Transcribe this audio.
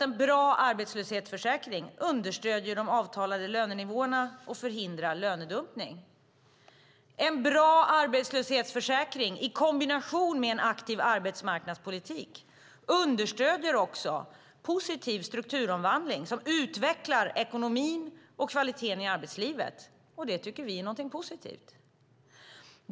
En bra arbetslöshetsförsäkring understöder nämligen de avtalade lönenivåerna och förhindrar lönedumpning. En bra arbetslöshetsförsäkring i kombination med en aktiv arbetsmarknadspolitik understöder också en positiv strukturomvandling som utvecklar ekonomin och kvaliteten i arbetslivet. Det tycker vi är någonting positivt.